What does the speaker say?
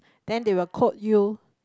then they will quote you